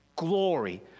glory